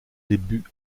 débuts